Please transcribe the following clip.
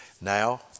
Now